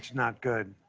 not good.